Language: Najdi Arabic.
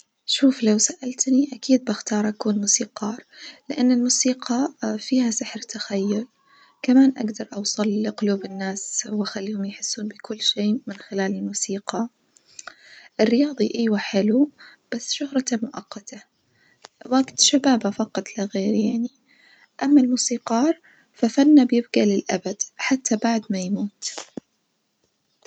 شوف لو سأتني أكيد بختار أكون موسيقار لأن الموسيقى فيها سحر تخيل كمان أجدر أوصل لقلوب الناس وأخليهم يحسون بكل شي من خلال الموسيقى، الرياظي أيوة حلو بس شهرته مؤقته وجت شبابه فقط لا غير يعني، أما الموسيقار ففنه بيبجى للأبد حتى بعد ما يموت.